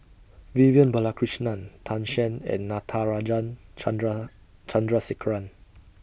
Vivian Balakrishnan Tan Shen and Natarajan Chandra Chandrasekaran